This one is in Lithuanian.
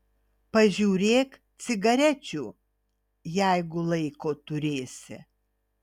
pažiūrėk cigarečių jeigu laiko turėsi